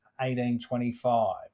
1825